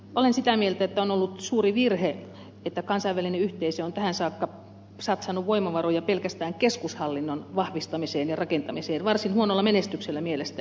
olen sitä mieltä että on ollut suuri virhe että kansainvälinen yhteisö on tähän saakka satsannut voimavaroja pelkästään keskushallinnon vahvistamiseen ja rakentamiseen varsin huonolla menestyksellä mielestäni